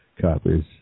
copies